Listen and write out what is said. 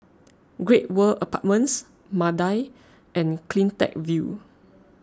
Great World Apartments Mandai and CleanTech View